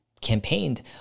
campaigned